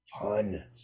fun